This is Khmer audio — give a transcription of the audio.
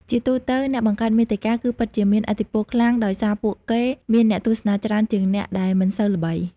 ជាទូទៅអ្នកបង្កើតមាតិកាគឺពិតជាមានឥទ្ធិពលខ្លាំងដោយសារពួកគេមានអ្នកទស្សនាច្រើនជាងអ្នកដែលមិនសូវល្បី។